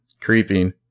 Creeping